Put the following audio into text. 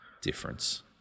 difference